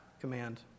command